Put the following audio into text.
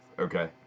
okay